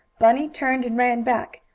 bunny turned and ran back.